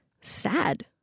sad